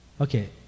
Okay